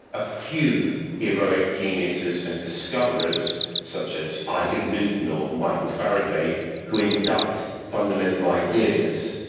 a few heroic geniuses and discoverers such as isaac newton or michael faraday who induct fundamental ideas.